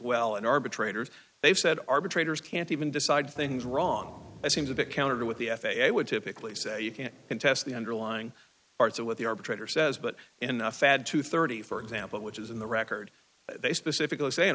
well an arbitrator they've said arbitrators can't even decide things wrong seems a bit counter to what the f a a would typically say you can't contest the underlying parts of what the arbitrator says but in a fad two thirty for example which is in the record they specifically say